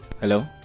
Hello